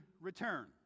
return